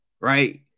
right